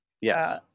Yes